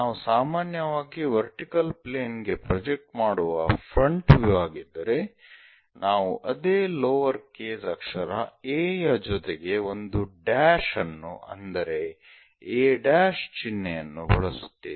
ನಾವು ಸಾಮಾನ್ಯವಾಗಿ vertical plane ಗೆ ಪ್ರೊಜೆಕ್ಟ್ ಮಾಡುವ ಫ್ರಂಟ್ ವ್ಯೂ ಆಗಿದ್ದರೆ ನಾವು ಅದೇ ಲೋವರ್ ಕೇಸ್ ಅಕ್ಷರ a ಯ ಜೊತೆಗೆ ಒಂದು ಡ್ಯಾಶ್ ' ಅನ್ನು ಅಂದರೆ a' ಚಿಹ್ನೆಯನ್ನು ಬಳಸುತ್ತೇವೆ